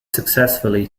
successfully